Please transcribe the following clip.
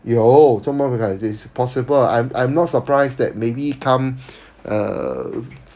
有做么 react like this possible I'm I'm not surprised that maybe come uh